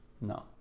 No